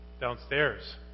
downstairs